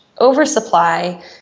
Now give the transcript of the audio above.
oversupply